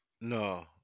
No